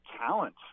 talent